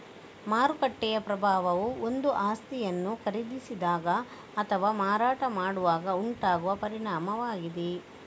ಮಾರುಕಟ್ಟೆಯ ಪ್ರಭಾವವು ಒಂದು ಆಸ್ತಿಯನ್ನು ಖರೀದಿಸಿದಾಗ ಅಥವಾ ಮಾರಾಟ ಮಾಡುವಾಗ ಉಂಟಾಗುವ ಪರಿಣಾಮವಾಗಿದೆ